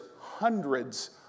hundreds